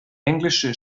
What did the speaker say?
englische